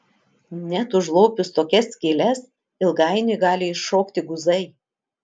net užlopius tokias skyles ilgainiui gali iššokti guzai